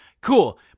cool